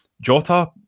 Jota